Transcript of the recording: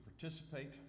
participate